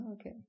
okay